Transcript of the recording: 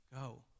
go